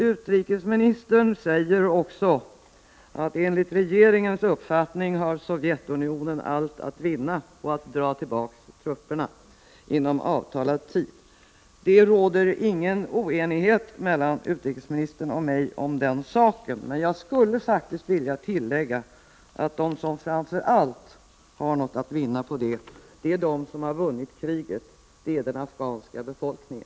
Utrikesministern säger i sitt svar: ”Enligt regeringens uppfattning har Sovjetunionen allt att vinna på att dra tillbaka trupperna inom avtalad tid.” Det råder ingen oenighet mellan utrikesministern och mig om den saken. Jag skulle faktiskt vilja tillägga att de som framför allt har något att vinna är de som vunnit kriget, nämligen den afghanska befolkningen.